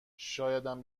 شایدم